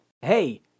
Hey